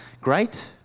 great